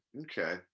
okay